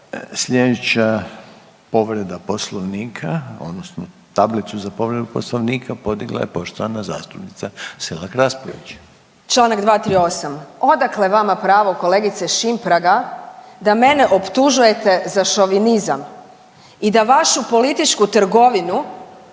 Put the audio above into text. slijedeća povreda Poslovnika odnosno tablicu za povredu Poslovnika podigla je poštovana zastupnica Selak Raspudić. **Selak Raspudić, Marija (Nezavisni)** Č. 238., odakle vama pravo kolegice Šimpraga da mene optužujete za šovinizam i da vašu političku trgovinu